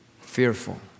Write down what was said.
Fearful